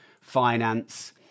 finance